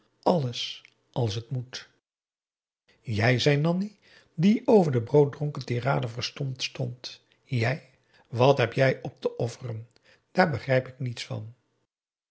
alles als het moet jij zei nanni die over de brooddronken tirade verstomd stond jij wat heb jij op te offeren daar begrijp ik niets van